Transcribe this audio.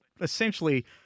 essentially